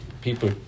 people